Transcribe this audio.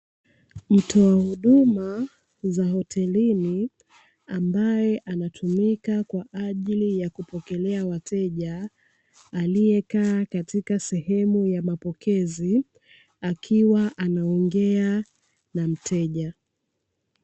Mtoa huduma za hotelini ambaye anatumika kwa ajili ya kupokelea wateja, aliyekaa katika sehemu ya mapokezi akiwa anaongea na mteja.